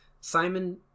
Simon